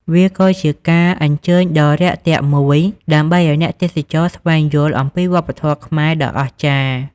វាក៏ជាការអញ្ជើញដ៏រាក់ទាក់មួយដើម្បីឲ្យអ្នកទេសចរស្វែងយល់អំពីវប្បធម៌ខ្មែរដ៏អស្ចារ្យ។